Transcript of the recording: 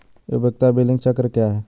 उपयोगिता बिलिंग चक्र क्या है?